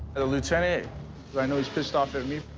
the lieutenant i know is pissed off at me.